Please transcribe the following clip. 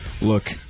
Look